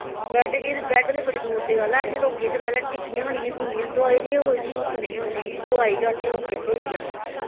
bed ते बड़ै दूरे दी गल्ल ऐ असैं लोकें गी पैह्लैं इत्थें टिक्कियां गै नेईं हियां थ्होंदियां दवाई दी गै कोई स्हूलत होंदी कि दवाई गै असैं लोकें थ्होई जा